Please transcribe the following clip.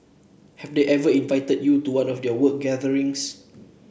have they ever invited you to one of their work gatherings